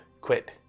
quit